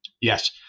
Yes